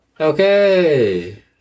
Okay